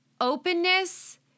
openness